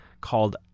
called